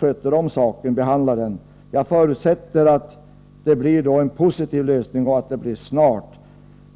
behandlar saken. Jag förutsätter att det blir en positiv lösning och att den kommer snart.